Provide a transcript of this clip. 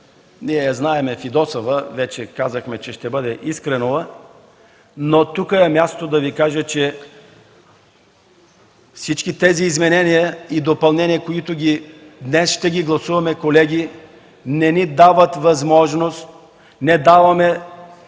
ние знаем Фидосова, вече казахме, че ще бъде Искренова, но тук е мястото да Ви кажа, че всички тези изменения и допълнения, които днес ще гласуваме, колеги, не ни дават възможност, не даваме